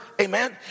Amen